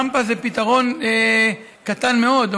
רמפה זה פתרון קטן מאוד,